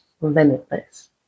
limitless